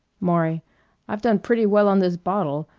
maury i've done pretty well on this bottle.